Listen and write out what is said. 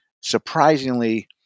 surprisingly